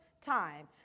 time